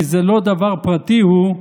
כי זה לא דבר פרטי הוא,